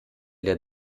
der